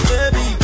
Baby